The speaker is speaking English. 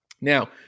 Now